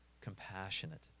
compassionate